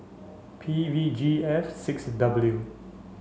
P V G F six W